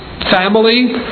Family